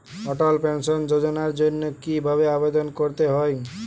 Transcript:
অটল pension যোজনার জন্য কি ভাবে আবেদন করতে হয়?